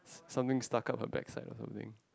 something stuck up her backside or something